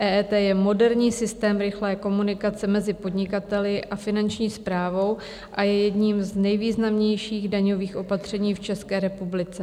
EET je moderní systém rychlé komunikace mezi podnikateli a Finanční správou a je jedním z nejvýznamnějších daňových opatření v České republice.